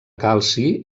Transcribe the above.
calci